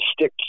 stick